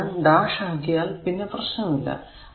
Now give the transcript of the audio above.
ഇവിടെ ഞാൻ ഡാഷ് ആക്കിയാൽ പിന്നെ പ്രശ്നം ഇല്ല